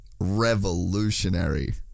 revolutionary